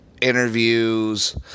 interviews